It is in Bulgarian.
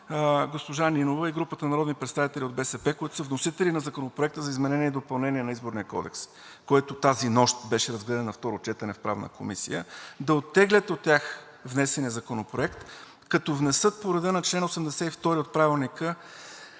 госпожа Нинова и групата народни представители от БСП, които са вносители на Законопроекта за изменение и допълнение на Изборния кодекс, който тази нощ беше разгледан на второ четене в Правната комисия, да оттеглят внесения от тях законопроект, като внесат по реда на чл. 82 от Правилника